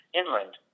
inland